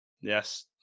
Yes